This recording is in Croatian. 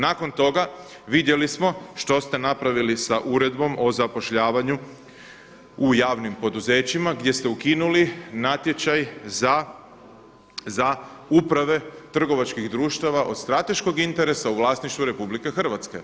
Nakon toga vidjeli smo što ste napravili s Uredbom o zapošljavanju u javnim poduzećima gdje ste ukinuli natječaj za uprave trgovačkih društava od strateškog interesa u vlasništvu Republike Hrvatske.